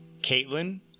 Caitlin